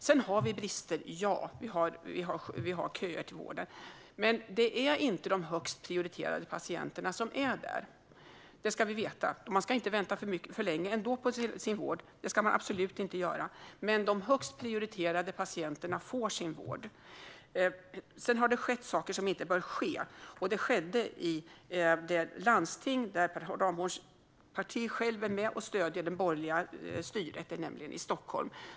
Sedan finns det brister. Ja, vi har köer till vården. Men det är inte de högst prioriterade patienterna som är där. Det ska vi veta. Man ska absolut inte vänta för länge på vård ändå. Men de högst prioriterade patienterna får sin vård. Det har skett saker som inte bör ske. Och det skedde i det landsting där Per Ramhorns parti stöder det borgerliga styret, nämligen i Stockholm.